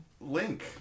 Link